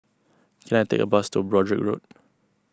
can I take a bus to Broadrick Road